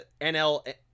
NL